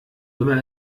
immer